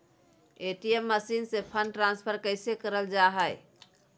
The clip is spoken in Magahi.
ए.टी.एम मसीन से फंड ट्रांसफर कैसे करल जा है?